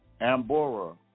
Ambora